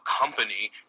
company